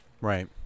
right